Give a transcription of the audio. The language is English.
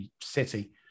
City